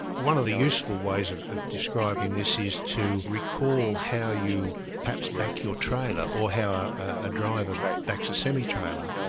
one of the useful ways of of describing this is to recall how you perhaps back your trailer, or how a driver backs a semitrailer.